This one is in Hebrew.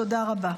תודה רבה.